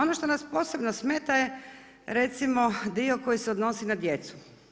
Ono što nas posebno smeta je recimo dio koji se odnosi na djecu.